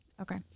okay